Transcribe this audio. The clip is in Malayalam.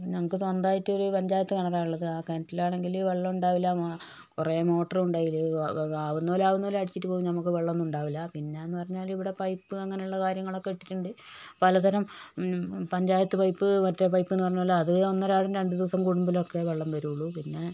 ഞങ്ങൾക്ക് സ്വന്തമായിട്ട് ഒരു പഞ്ചായത്ത് കിണറാണ് ഉള്ളത് ആ കിണറ്റിലാണെങ്കിൽ വെള്ളം ഉണ്ടാവില്ല കുറേ മോട്ടറും ഉണ്ട് അതിൽ ആവുന്നോല് ആവുന്നോല് അടിച്ചിട്ട് പോകും നമുക്ക് വെള്ളം ഒന്നും ഉണ്ടാവില്ല പിന്നെ എന്ന് പറഞ്ഞാൽ ഇവിടെ പൈപ്പ് അങ്ങനെയുള്ള കാര്യങ്ങളൊക്കെ ഇട്ടിട്ടുണ്ട് പലതരം പഞ്ചായത്ത് പൈപ്പ് മറ്റെ പൈപ്പ് എന്ന് പറഞ്ഞത് പോലെ അത് ഒന്നരാടം രണ്ടു ദിവസം കൂടുമ്പോഴൊക്കെ വെള്ളം വരുള്ളൂ പിന്നെ